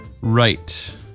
Right